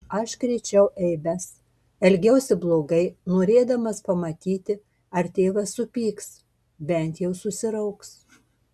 aš krėčiau eibes elgiausi blogai norėdamas pamatyti ar tėvas supyks bent jau susirauks